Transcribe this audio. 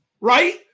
right